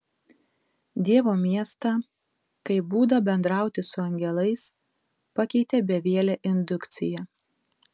dievo miestą kaip būdą bendrauti su angelais pakeitė bevielė indukcija